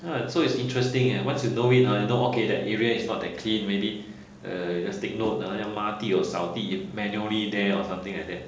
!huh! so it's interesting eh once you know it ha you know okay that area is not that clean already err just take note uh 要抹地 or 扫地 manually there or something like that